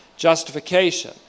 justification